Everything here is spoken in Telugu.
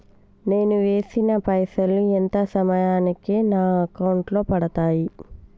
నేను వేసిన పైసలు ఎంత సమయానికి నా అకౌంట్ లో పడతాయి?